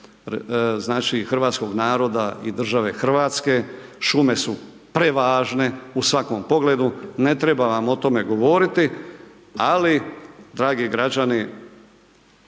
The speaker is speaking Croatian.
znači hrvatskog naroda i države Hrvatske, šume su prevažne u svakom pogledu, ne treba vam o tome govoriti ali dragi građani,